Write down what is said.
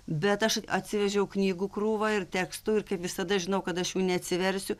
bet aš atsivežiau knygų krūvą ir tekstų ir kaip visada žinau kad aš jų neatsiversiu